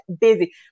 busy